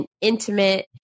intimate